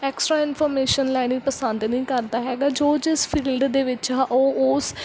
extra information ਲੈਣੀ ਪਸੰਦ ਨਹੀਂ ਕਰਦਾ ਹੈਗਾ ਜੋ ਜਿਸ ਫੀਲਡ ਦੇ ਵਿੱਚ ਆ ਉਹ ਉਸ